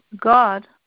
God